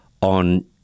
on